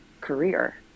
career